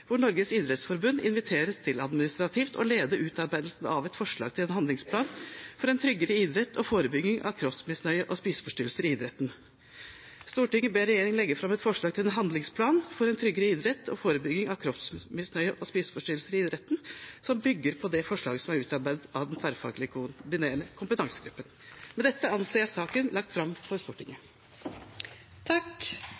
hvor Norges idrettsforbund inviteres til administrativt å lede utarbeidelsen av et forslag til en handlingsplan for en tryggere idrett og forebygging av kroppsmisnøye og spiseforstyrrelser i idretten.» Og videre: «Stortinget ber regjeringen legge fram et forslag til en handlingsplan for en tryggere idrett og forebygging av kroppsmisnøye og spiseforstyrrelser i idretten, som bygger på forslaget utarbeidet av en tverrfaglig koordinerende kompetansegruppe.» Med dette anser jeg at saken er lagt fram for Stortinget.